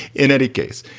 in any case,